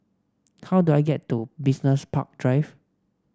how do I get to Business Park Drive